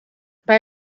bij